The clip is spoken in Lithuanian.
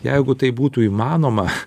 jeigu tai būtų įmanoma